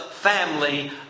family